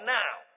now